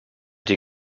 des